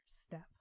step